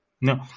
No